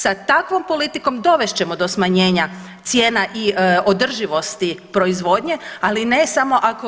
Sa takvom politikom dovest ćemo do smanjenja cijena i održivosti proizvodnje, ali ne samo ako